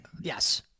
Yes